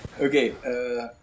okay